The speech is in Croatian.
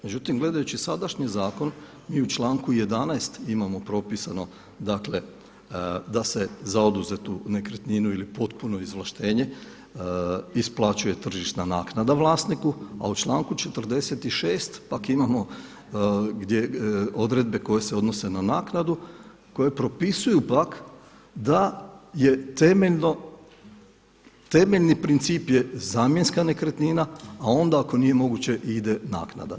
Međutim, gledajući sadašnji zakon mi u članku 11. imamo propisano dakle da se za oduzetu nekretninu ili potpuno izvlaštenje isplaćuje tržišna naknada vlasniku a u članku 46. pak imamo odredbe koje se odnose na naknadu koje propisuju pak da je temeljno, temeljni princip je zamjenska nekretnina, a onda ako nije moguće ide naknada.